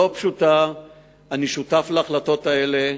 אני שותף להחלטות האלה.